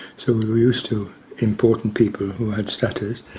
so we were used to important people who had stutters.